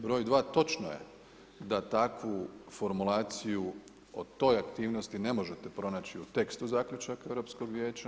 Broj dva, točno je da takvu formulaciju o toj aktivnosti ne možete pronaći u tekstu zaključaka Europskog vijeća.